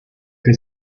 que